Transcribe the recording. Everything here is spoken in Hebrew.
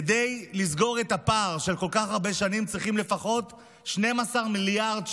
כדי לסגור את הפער של כל כך הרבה שנים צריכים לפחות 12 מיליארד שקל,